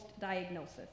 diagnosis